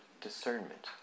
discernment